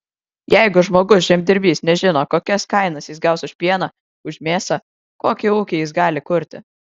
jeigu žmogus žemdirbys nežino kokias kainas jis gaus už pieną už mėsą kokį ūkį jis gali kurti